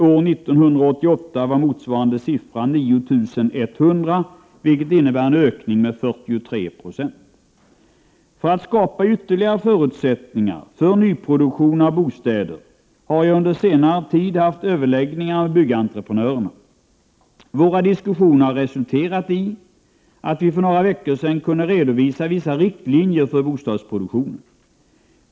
År 1988 var motsvarande siffra 9 100, vilket innebär en ökning med 43 96. För att skapa ytterligare förutsättningar för nyproduktion av bostäder har jag under senare tid haft överläggningar med Byggentreprenörerna. Våra diskussioner har resulterat i att vi för några veckor sedan kunde redovisa vissa riktlinjer för bostadsproduktionen.